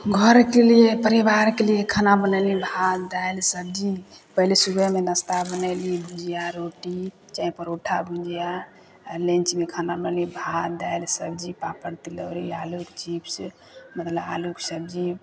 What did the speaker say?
घरके लिए परिवारके लिए खाना बनेलिए भात दालि सब्जी पहिले सुबहेमे नश्ता बनेलिए भुजिआ रोटी चाहे परोठा भुजिआ आओर लेन्चमे खाना बनेलिए भात दालि सब्जी पापड़ तिलौड़ी आलू चिप्स मतलब आलूके सब्जी